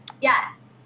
Yes